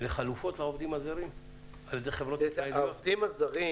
לחלופות לעובדים הזרים על-ידי -- העובדים הזרים